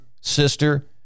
sister